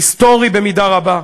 היסטורי במידה רבה,